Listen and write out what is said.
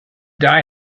die